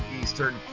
Eastern